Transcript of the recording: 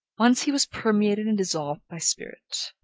once he was permeated and dissolved by spirit.